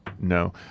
No